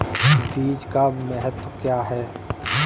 बीज का महत्व क्या है?